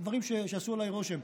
דברים שעשו עליי רושם,